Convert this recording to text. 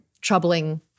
troubling